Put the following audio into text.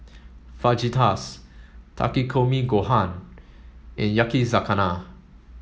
Fajitas Takikomi Gohan and Yakizakana